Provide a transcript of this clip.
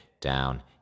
down